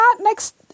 next